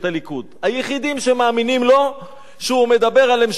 היחידים שמאמינים לו כשהוא מדבר על המשך הבנייה.